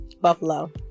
buffalo